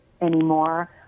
anymore